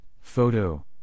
Photo